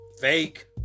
fake